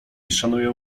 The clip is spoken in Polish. szanują